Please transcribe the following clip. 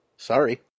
Sorry